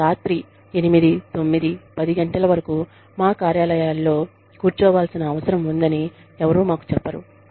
రాత్రి 8 9 10 వరకు మా కార్యాలయాల్లో కూర్చోవాల్సిన అవసరం ఉందని ఎవరూ మాకు చెప్పరు